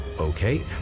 Okay